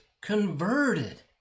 converted